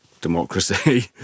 democracy